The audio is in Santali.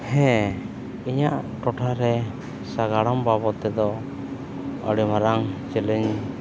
ᱦᱮᱸ ᱤᱧᱟᱹᱜ ᱴᱚᱴᱷᱟ ᱨᱮ ᱥᱟᱜᱟᱲᱚᱢ ᱵᱟᱵᱚᱫᱽ ᱛᱮᱫᱚ ᱟᱹᱰᱤ ᱢᱟᱨᱟᱝ ᱪᱮᱞᱮᱧᱡᱽ ᱢᱮᱱᱟᱜ ᱜᱮᱭᱟ